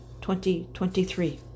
2023